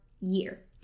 year